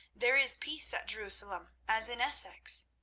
there is peace at jerusalem, as in essex.